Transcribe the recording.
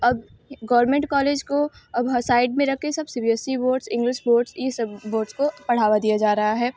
अब government college को अब हाँ साइड में रख के सब C B S E boards English boards ये सब बोर्ड्स को बढ़ावा दिया जा रहा है